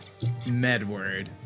Medward